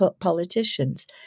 politicians